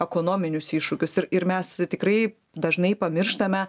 ekonominius iššūkius ir ir mes tikrai dažnai pamirštame